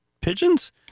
pigeons